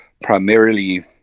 primarily